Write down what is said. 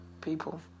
people